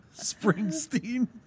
Springsteen